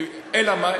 אלא מה?